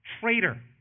traitor